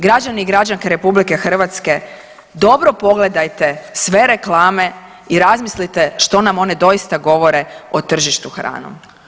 Građani i građanke RH dobro pogledajte sve reklame i razmislite što nam one doista govore o tržištu hranom.